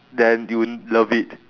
then you love it